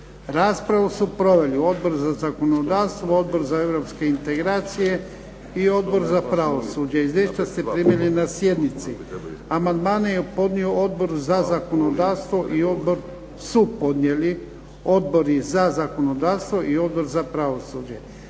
Raspravu su proveli Odbor za zakonodavstvo, Odbor za europske integracije i Odbor za pravosuđe. Izvješća ste primili na sjednici. Amandmane su podnijeli Odbor za zakonodavstvo i Odbor za pravosuđe.